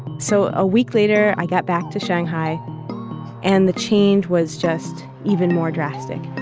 so a week later, i got back to shanghai and the change was just even more drastic.